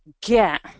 get